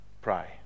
pray